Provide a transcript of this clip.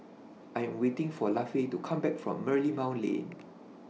I Am waiting For Lafe to Come Back from Merlimau Lane